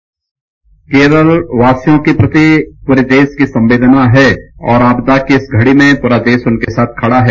bite मुख्यमंत्री केरलवासियों के प्रति पूरे देश की संवेदना है और आपदा की इस घड़ी में पूरा देश उनके साथ खड़ा है